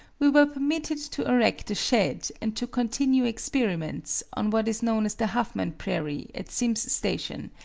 we were permitted to erect a shed, and to continue experiments, on what is known as the huffman prairie, at simms station,